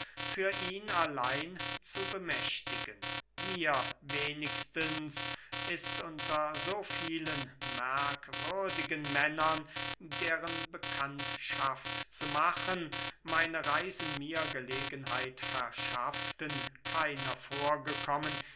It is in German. für ihn allein zu bemächtigen mir wenigstens ist unter so vielen merkwürdigen männern deren bekanntschaft zu machen meine reisen mir gelegenheit verschafften keiner vorgekommen